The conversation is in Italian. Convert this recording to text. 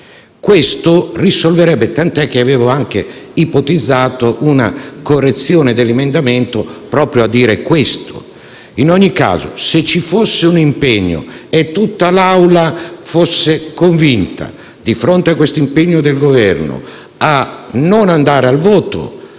Questo risolverebbe il problema, tant'è che avevo anche ipotizzato una correzione dell'emendamento proprio per dire questo. In ogni caso, se ci fosse un impegno dell'Esecutivo e tutta l'Assemblea fosse convinta, di fronte a questo impegno del Governo, a non andare al voto,